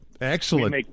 Excellent